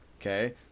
Okay